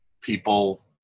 people